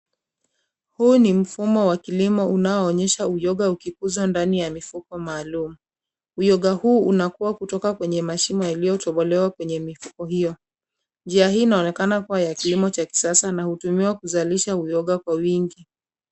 Huu ni mfumo wa kilimo unaoonyesha uyoga ukikuzwa ndani ya mifuko maalum. Uyoga huu unakua kutoka kwenye mashimo yaliyotobolewa kwenye mifuko hio. Njia hii inaonekana kuwa ya kilimo cha kisasa na hutumiwa kuzalisha uyoga kwa wingi.